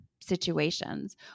situations